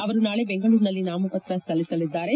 ಅವರು ನಾಳೆ ಬೆಂಗಳೂರಿನಲ್ಲಿ ನಾಮಪತ್ರ ಸಲ್ಲಿಸಲಿದ್ದಾರೆ